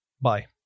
Bye